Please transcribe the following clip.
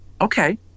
Okay